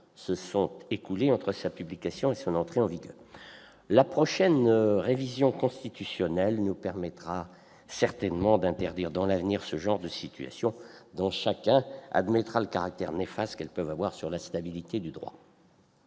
se sont écoulés entre sa publication et son entrée en vigueur. La prochaine révision constitutionnelle nous permettra certainement d'interdire, à l'avenir, ce genre de situation, ... Certainement ...... dont chacun admettra le caractère potentiellement néfaste sur la stabilité du droit.